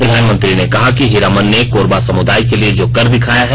प्रधानमंत्री ने कहा कि हीरामन ने कोरबा समुदाय के लिए जो कर दिखाया है